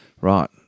Right